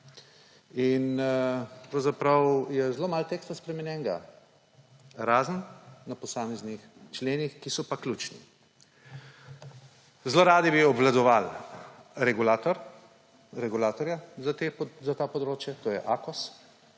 In pravzaprav je zelo malo teksta spremenjenega, razen na posameznih členih, ki so pa ključni. Zelo radi bi obvladovali regulatorja za ta področja, to je Akos,